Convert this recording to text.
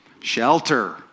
shelter